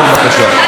בבקשה.